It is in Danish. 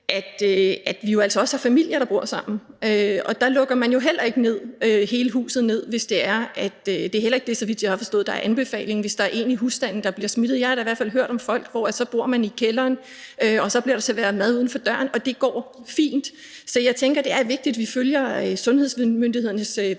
at vi jo altså også har familier, der bor sammen, og der lukker man jo heller ikke hele huset ned – det er heller ikke det, så vidt jeg har forstået, der er anbefalingen – hvis der er en i husstanden, der bliver smittet. Jeg har da i hvert fald hørt om folk, som så bor i kælderen, og så bliver der serveret mad uden for døren, og det går fint. Så jeg tænker, at det er vigtigt, at vi følger sundhedsmyndighedernes